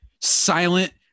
silent